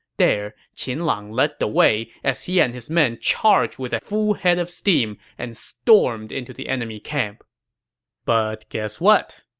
there, qin lang led the way as he and his men charged with a full head of steam and stormed into the enemy camp but guess what?